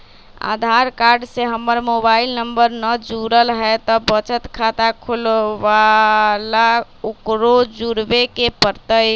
आधार card से हमर mobile number न जुरल है त बचत खाता खुलवा ला उकरो जुड़बे के पड़तई?